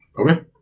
Okay